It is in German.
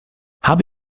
habe